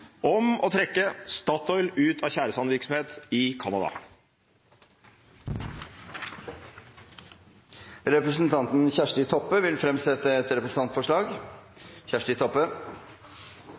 om å trekke Statoil ut av tjæresandvirksomhet i Canada. Representanten Kjersti Toppe vil fremsette et representantforslag.